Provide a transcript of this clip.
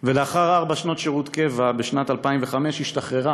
ולאחר ארבע שנות שירות קבע, בשנת 2005, השתחררה